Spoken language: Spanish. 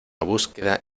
búsqueda